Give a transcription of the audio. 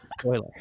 spoiler